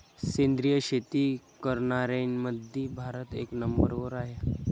सेंद्रिय शेती करनाऱ्याईमंधी भारत एक नंबरवर हाय